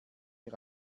mir